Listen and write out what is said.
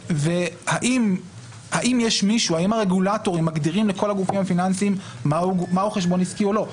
והאם הרגולטורים מגדירים לכל הגופים הפיננסיים מהו חשבון עסקי או לא?